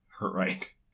Right